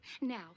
now